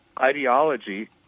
ideology